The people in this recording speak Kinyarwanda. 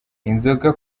inzoga